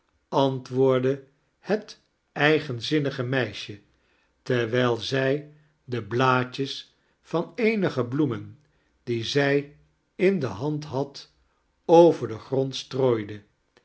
antwoordde het eigenzinnige meisje terwijl zij de blaadjes van eenige bloernen die zij in de hand had over dea grond strooide